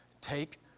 take